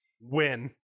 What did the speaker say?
win